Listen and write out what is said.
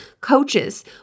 coaches